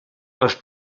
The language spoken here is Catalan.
les